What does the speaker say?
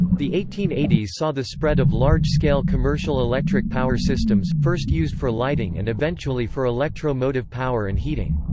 the eighteen eighty s saw the spread of large scale commercial electric power systems, first used for lighting and eventually for electro-motive power and heating.